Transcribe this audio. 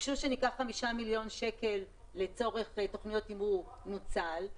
ביקשו שניקח 5 מיליון שקל לצורך תוכניות תמרור נוצל,